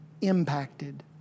impacted